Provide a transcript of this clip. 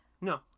No